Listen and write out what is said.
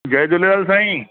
जय Jhulelal सांईं